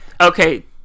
Okay